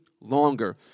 longer